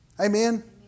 Amen